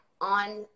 On